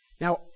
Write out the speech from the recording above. Now